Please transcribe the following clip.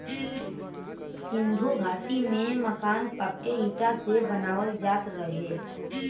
सिन्धु घाटी में मकान पक्के इटा से बनावल जात रहे